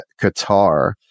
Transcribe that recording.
Qatar